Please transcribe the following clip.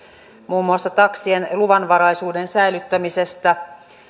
muun muassa taksien luvanvaraisuuden säilyttämisestä